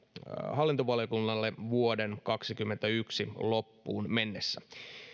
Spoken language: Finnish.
hallintovaliokunnalle vuoden kaksikymmentäyksi loppuun mennessä